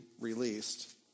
released